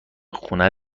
خونه